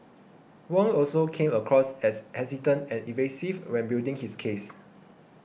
Wong also came across as hesitant and evasive when building his case